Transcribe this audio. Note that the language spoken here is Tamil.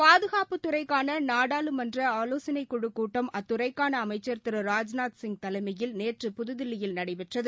பாதுகாப்பு துறைக்கான நாடாளுமன்ற ஆலோசனைக்குழுக் கூட்டம் அத்துறைக்கான அமைச்சா் திரு ராஜ்நாத்சிங் தலைமையில் நேற்று புதுதில்லியில் நடைபெற்றது